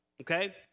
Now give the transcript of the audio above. Okay